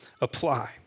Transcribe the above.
apply